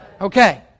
Okay